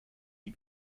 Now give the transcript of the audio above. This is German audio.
die